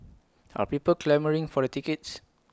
are people clamouring for the tickets